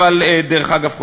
דרך אגב,